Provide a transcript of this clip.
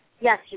Yes